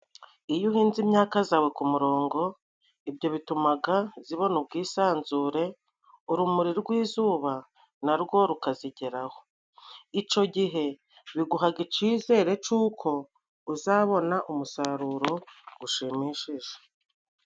Iyo uhinze imyaka zawe ku murongo ,ibyo bitumaga zibona ubwisanzure urumuri rw'izuba na rwo rukazigeraho . Ico gihe biguhaga icizere c'uko uzabona umusaruro gushimishije.